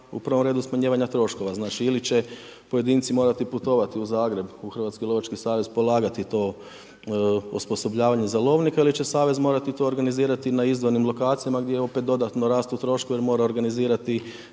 u prvom redu smanjivanja troškova. Znači, ili će pojedinci morati putovati u Zagreb, u Hrvatski lovački savez polagati to osposobljavanje za lovnika ili će savez morati to organizirati na …/Govornik se ne razumije/…lokacijama, gdje opet dodatno rastu troškovi jer mora organizirati